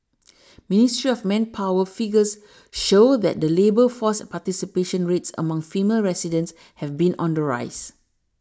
ministry of manpower figures show that the labour force a participation rates among female residents have been on the rise